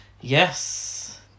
Yes